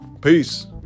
Peace